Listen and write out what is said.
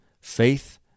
faith